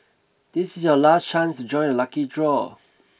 this is your last chance to join the lucky draw